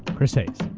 chris hayes.